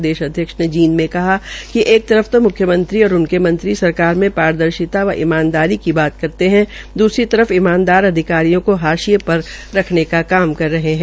प्रदेश अध्यक्ष ने जींद में कहा कि एक तरफ तो मुख्यमंत्री और उनके मंत्री सरकार में पारदर्शिता व ईमानदारी की बात करते है दुसरी तरफ ईमानदार अधिकारियों को हाशिये पर रखने का काम कर रहे है